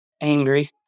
angry